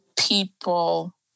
people